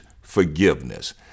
forgiveness